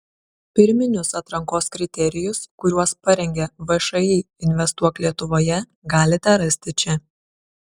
pirminius atrankos kriterijus kuriuos parengė všį investuok lietuvoje galite rasti čia